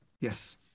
yes